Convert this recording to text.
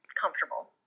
comfortable